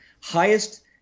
highest